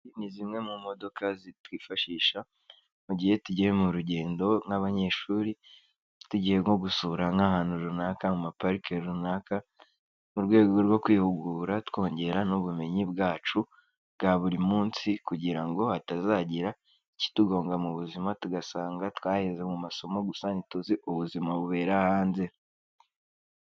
Ni zimwe mu modoka twifashisha mu gihe tugiye mu rugendo nk'abanyeshuri, tugiye nko gusura nk'ahantu runaka, mu mapariki runaka mu rwego rwo kwihugura twongera n'ubumenyi bwacu bwa buri munsi, kugira ngo hatazagira ikitugonga mu buzima tugasanga twaheze mu masomo gusa, ntituzi ubuzima bubera hanze.